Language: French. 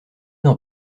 d’en